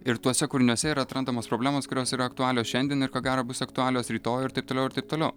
ir tuose kūriniuose yra atrandamos problemos kurios yra aktualios šiandien ir ko gero bus aktualios rytoj ir taip toliau ir taip toliau